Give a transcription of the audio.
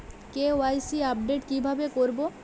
KYC update কিভাবে করবো?